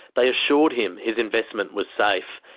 they assured him his investment was safe.